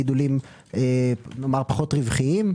גידולים פחות רווחיים,